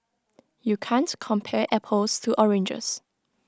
you can't compare apples to oranges